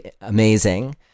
amazing